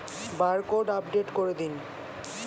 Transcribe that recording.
Barcode update করে দিন?